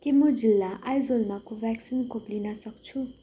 के म जिल्ला आइजोलमा कोभ्याक्सिन खोप लिनसक्छु